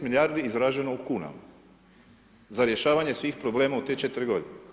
80 milijardi izraženo u kunama za rješavanje svih problema u te 4 godine.